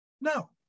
No